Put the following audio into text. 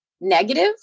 negative